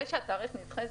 זה שהתאריך נדחה,